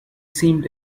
seemed